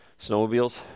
snowmobiles